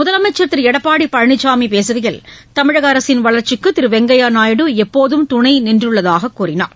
முதலமைச்சர் திரு எடப்பாடி பழனிளாமி பேசுகையில் தமிழக அரசின் வளர்ச்சிக்கு திரு வெங்கப்யா நாயுடு எப்போதும் துணை நின்றுள்ளதாக கூறினார்